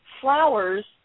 flowers